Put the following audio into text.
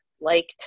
liked